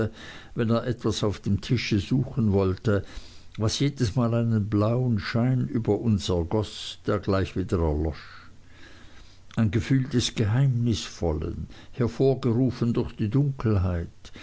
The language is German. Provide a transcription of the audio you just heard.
wenn er etwas auf dem tische suchen wollte was jedesmal einen blauen schein über uns ergoß der gleich wieder erlosch ein gefühl des geheimnisvollen hervorgerufen durch die dunkelheit